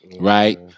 right